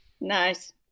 Nice